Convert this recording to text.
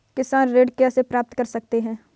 किसान ऋण कैसे प्राप्त कर सकते हैं?